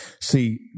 See